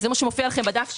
וזה מה שמופיע לכם בדף שלנו,